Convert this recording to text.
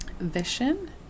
vision